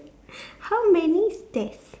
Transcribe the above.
how many stairs